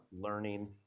learning